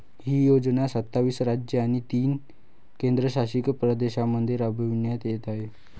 ही योजना सत्तावीस राज्ये आणि तीन केंद्रशासित प्रदेशांमध्ये राबविण्यात येत आहे